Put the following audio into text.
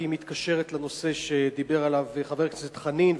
כי היא מתקשרת לנושא שדיבר עליו חבר הכנסת חנין,